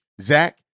Zach